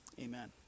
Amen